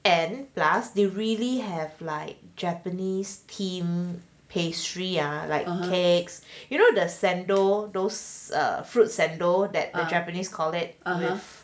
and plus they really have like japanese theme pastry are like cakes you know the sando those fruit sando that a japanese call it with